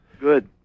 Good